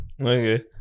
okay